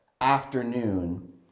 afternoon